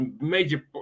major